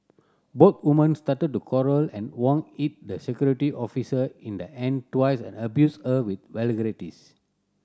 both woman started to quarrel and Wang hit the security officer in the hand twice and abused her with vulgarities